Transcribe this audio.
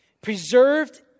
preserved